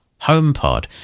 HomePod